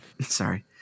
Sorry